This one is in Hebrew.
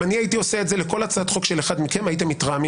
אם אני הייתי עושה את זה להצעת חוק של כל אחד מהם הייתם מתרעמים,